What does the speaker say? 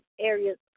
areas